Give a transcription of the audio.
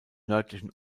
nördlichen